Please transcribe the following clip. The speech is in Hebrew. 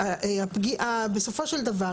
והפגיעה בסופו של דבר,